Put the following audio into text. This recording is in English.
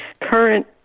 current